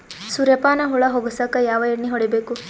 ಸುರ್ಯಪಾನ ಹುಳ ಹೊಗಸಕ ಯಾವ ಎಣ್ಣೆ ಹೊಡಿಬೇಕು?